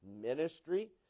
ministry